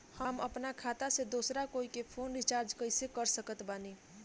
हम अपना खाता से दोसरा कोई के फोन रीचार्ज कइसे कर सकत बानी?